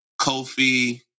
Kofi